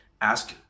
Ask